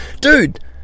Dude